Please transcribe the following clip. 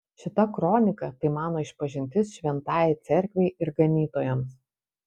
šita kronika tai mano išpažintis šventajai cerkvei ir ganytojams